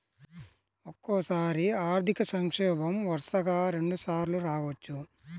ఒక్కోసారి ఆర్థిక సంక్షోభం వరుసగా రెండుసార్లు రావచ్చు